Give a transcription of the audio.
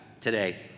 today